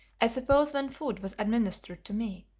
i suppose when food was administered to me,